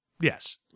Yes